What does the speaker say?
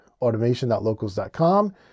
automation.locals.com